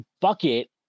bucket